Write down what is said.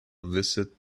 visit